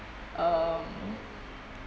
um